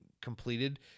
completed